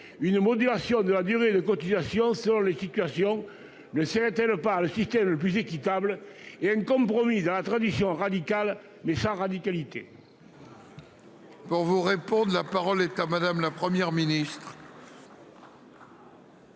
une modulation de la durée de cotisation. Selon les situations. Le CNT par le système le plus équitable et à une compromis dans la tradition. Mais sa radicalité. Pour vous répondent. La parole est à madame la Première ministre.